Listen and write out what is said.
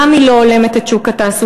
גם היא לא הולמת את שוק התעסוקה,